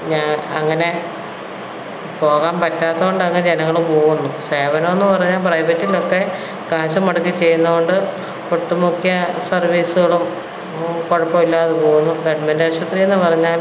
ഞാൻ അങ്ങനെ പോകാൻ പറ്റാത്തത് കൊണ്ടൊക്കെ ജനങ്ങൾ പോകുന്നു സേവനമെന്ന് പറയാൻ പ്രൈവറ്റിലൊക്കെ കാശ് മുടക്കി ചെയ്യുന്നത് കൊണ്ട് ഒട്ടുമുക്ക സർവീസുകളും കുഴപ്പം ഇല്ലാതെ പോകുന്നു ഗവൺമെൻ്റ് ആശുപത്രി എന്ന് പറഞ്ഞാൽ